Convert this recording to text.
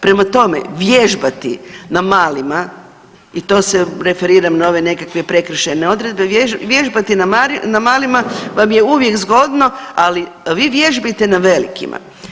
Prema tome, vježbati na malima, i to se referiram na ove nekakve prekršajne odredbe, vježbati na malima vam je uvijek zgodno, ali vi vježbajte na velikima.